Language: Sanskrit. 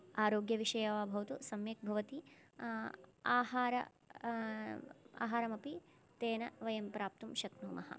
आरोग्यविषयः वा भवतु सम्यक् भवति आहारमपि तेन वयं प्राप्तुं शक्नुमः